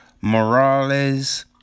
Morales